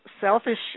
Selfish